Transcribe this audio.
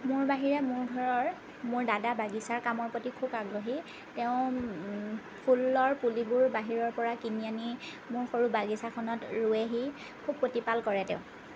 মোৰ বাহিৰে মোৰ ঘৰৰ মোৰ দাদা বাগিছা কামৰ প্ৰতি খুব আগ্ৰহী তেওঁ ফুলৰ পুলিবোৰ বাহিৰৰ পৰা কিনি আনি মোৰ সৰু বাগিছাখনত ৰুৱেহি খুব প্ৰতিপাল কৰে তেওঁ